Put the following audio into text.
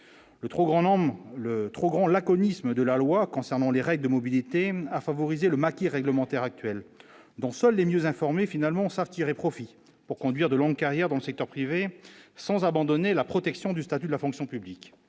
le trouvons laconisme de la loi concernant les règles mobilité à favoriser le maquis réglementaire actuel dont seuls les mieux informés finalement savent tirer profit pour conduire de longue carrière dans le secteur privé, sans abandonner la protection du statut de la fonction publique,